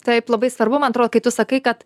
taip labai svarbu man atrodo kai tu sakai kad